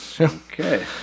Okay